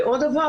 ועוד דבר,